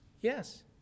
Yes